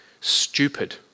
stupid